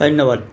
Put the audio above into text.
ধন্যবাদ